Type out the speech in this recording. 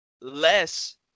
less